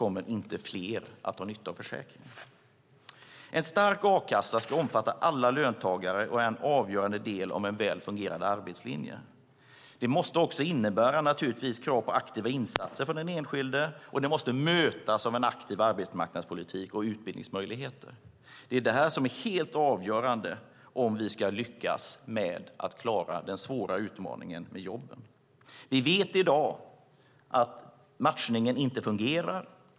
Det måste naturligtvis också innebära krav på aktiva insatser från den enskilde, och det måste mötas av en aktiv arbetsmarknadspolitik och utbildningsmöjligheter. Det är det här som är helt avgörande om vi ska lyckas klara den svåra utmaningen med jobben.